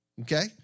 okay